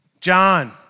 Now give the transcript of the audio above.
John